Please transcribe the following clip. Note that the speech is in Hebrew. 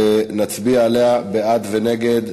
נצביע עליה בעד ונגד.